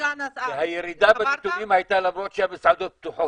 והירידה בנתונים הייתה למרות שהמסעדות פתוחות,